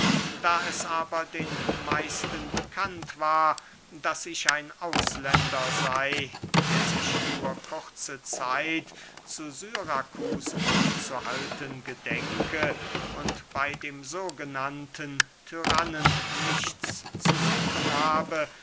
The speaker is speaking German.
da es aber den meisten bekannt war daß ich ein ausländer sey der sich nur kurze zeit zu syrakus aufzuhalten gedenke und bey dem sogenannten tyrannen nichts zu suchen habe